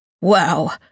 Wow